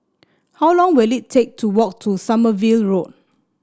how long will it take to walk to Sommerville Road